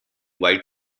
white